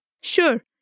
sure